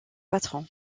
patron